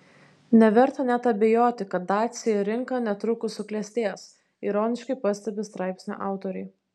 neverta net abejoti kad dacia rinka netrukus suklestės ironiškai pastebi straipsnio autoriai